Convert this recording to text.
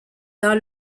dans